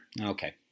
Okay